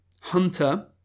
Hunter